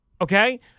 okay